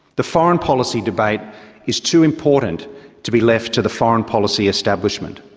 the foreign policy debate is too important to be left to the foreign policy establishment.